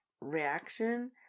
reaction